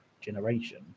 generation